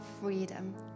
freedom